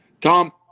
Tom